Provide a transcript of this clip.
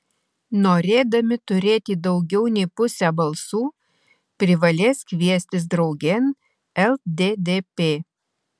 norėdami turėti daugiau nei pusę balsų privalės kviestis draugėn lddp